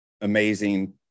amazing